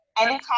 anytime